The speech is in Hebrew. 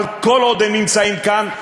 אבל כל עוד הם נמצאים כאן,